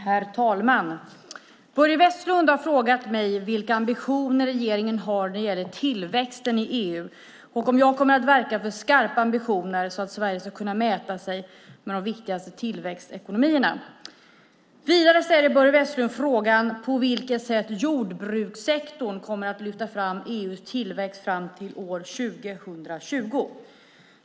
Herr talman! Börje Vestlund har frågat mig vilka ambitioner regeringen har när det gäller tillväxten i EU och om jag kommer att verka för skarpa ambitioner så att Sverige ska kunna mäta sig med de viktigaste tillväxtekonomierna. Vidare ställer Börje Vestlund frågan på vilket sätt jordbrukssektorn kommer att lyfta fram EU:s tillväxt fram till år 2020.